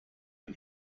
ein